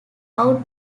out